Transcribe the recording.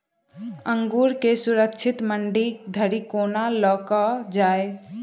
अंगूर केँ सुरक्षित मंडी धरि कोना लकऽ जाय?